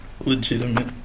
legitimate